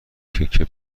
تکه